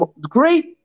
great